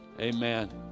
amen